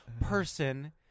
person